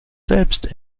selbst